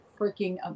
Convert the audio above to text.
freaking